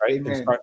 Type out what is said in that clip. Right